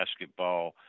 basketball